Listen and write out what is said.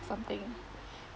something